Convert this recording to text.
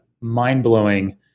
mind-blowing